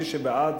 מי שבעד,